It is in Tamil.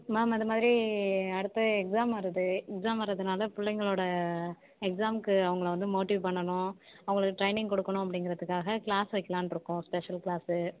மேம் அது மாதிரி அடுத்த எக்ஸாம் வருது எக்ஸாம் வரதுனால பிள்ளைங்களோட எக்ஸாமுக்கு அவங்கள வந்து மோட்டிவ் பண்ணனும் அவங்களுக்கு ட்ரெய்னிங் கொடுக்கணும் அப்படிங்கிறதுக்காக க்ளாஸ் வைக்கலான்னு இருக்கோம் ஸ்பெஷல் க்ளாஸு